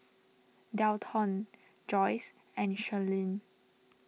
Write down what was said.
Delton Joyce and Charlene